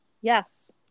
Yes